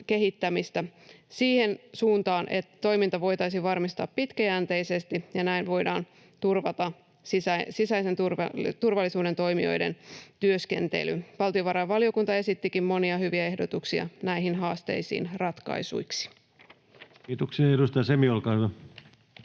kehittämistä siihen suuntaan, että toiminta voitaisiin varmistaa pitkäjänteisesti. Näin voidaan turvata sisäisen turvallisuuden toimijoiden työskentely. Valtiovarainvaliokunta esittikin monia hyviä ehdotuksia ratkaisuiksi näihin haasteisiin.